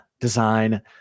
Design